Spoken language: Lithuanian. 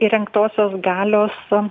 įrengtosios galios